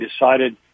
decided